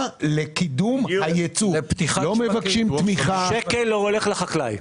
לא מבקשים אף שקל לחקלאי.